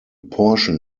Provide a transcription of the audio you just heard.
portion